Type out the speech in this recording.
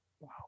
Wow